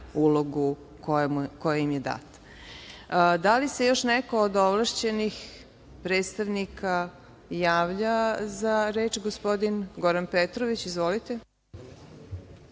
ulogu koja im je data. Da li se još neko od ovlašćenih predstavnika javlja za reč? Gospodin Goran Petrović, izvolite.